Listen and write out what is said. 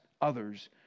others